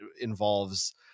involves